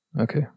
Okay